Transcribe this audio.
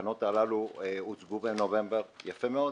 שהתקנות הללו הוצגו בנובמבר יפה מאוד.